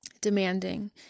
demanding